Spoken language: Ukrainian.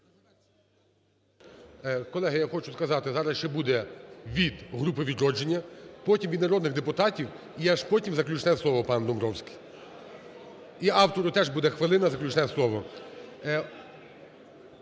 Колеги, я хочу сказати, зараз ще буде від групи "Відродження", потім від народних депутатів і аж потім заключне слово пан Домбровський. І автору теж буде хвилина заключне слово.